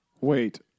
Wait